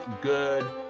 good